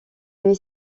est